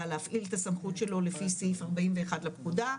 להפעיל את הסמכות שלו לפי סעיף 41 לפקודה,